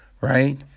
Right